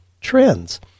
trends